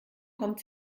kommt